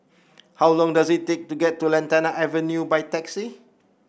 how long does it take to get to Lantana Avenue by taxi